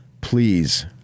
please